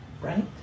right